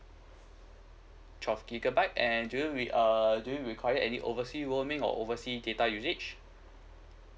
twelve gigabyte and do you re~ err do you require any oversea roaming or any oversea data usage